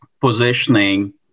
positioning